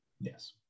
yes